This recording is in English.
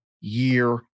year